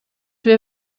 wir